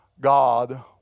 God